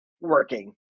working